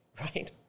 right